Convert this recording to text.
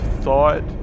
thought